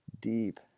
deep